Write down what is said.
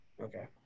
Okay